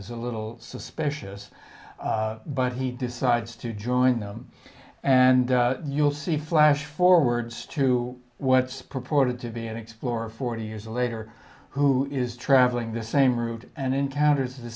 is a little suspicious but he decides to join them and you'll see flashforwards to what's purported to be an explorer forty years later who is traveling the same route and encounters